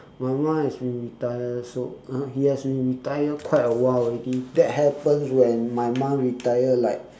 my ma has been retired so uh she has been retired quite a while already that happens when my mum retired like